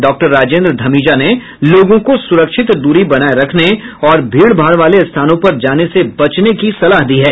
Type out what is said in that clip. doctor Rajendra Dhamija ने लोगों को सुरक्षित दूरी बनाए रखने और भीड़ भाड़ वाले स्थानों पर जाने से बचने की सलाह दी है